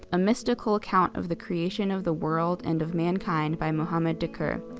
a mystical account of the creation of the world and of mankind by mohammed dakar.